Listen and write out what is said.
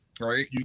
right